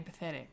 empathetic